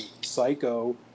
psycho